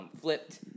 flipped